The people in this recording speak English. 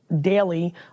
daily